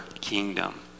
kingdom